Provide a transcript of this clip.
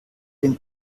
dem